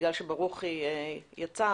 בגלל שברוכי יצא,